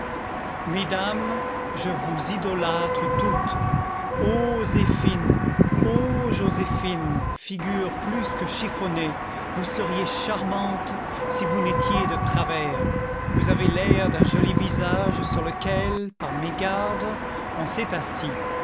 mesdames je vous idolâtre toutes ô zéphine ô joséphine figure plus que chiffonnée vous seriez charmante si vous n'étiez de travers vous avez l'air d'un joli visage sur lequel par mégarde on s'est assis